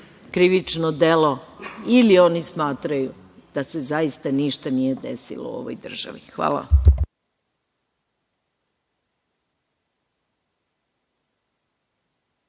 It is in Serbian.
krivično delo ili oni smatraju da se zaista ništa nije desilo u ovoj državi. Hvala.